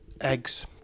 Eggs